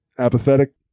apathetic